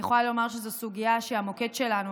אני יכולה לומר שזו סוגיה שהמוקד שלנו,